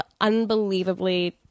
unbelievably